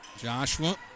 Joshua